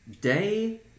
day